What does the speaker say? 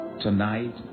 Tonight